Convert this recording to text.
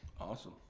Awesome